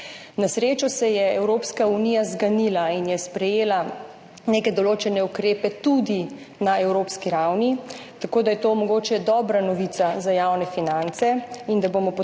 Na srečo se je Evropska unija zganila in je sprejela neke določene ukrepe tudi na evropski ravni, tako da je to mogoče dobra novica za javne finance in da bomo potrebovali